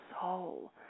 soul